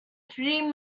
three